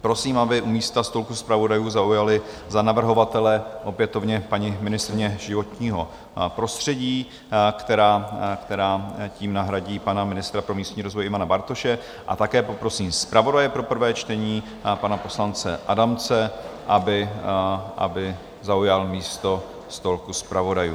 Prosím, aby místa u stolku zpravodajů zaujali za navrhovatele opětovně paní ministryně životního prostředí, která tím nahradí pana ministra pro místní rozvoj Ivana Bartoše, a také poprosím zpravodaje pro prvé čtení, pana poslance Adamce, aby zaujal místo u stolku zpravodajů.